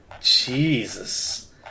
Jesus